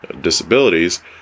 disabilities